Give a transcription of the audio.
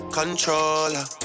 controller